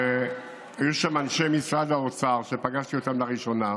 היו שם אנשי משרד האוצר שפגשתי אותם לראשונה,